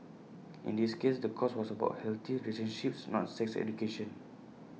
in this case the course was about healthy relationships not sex education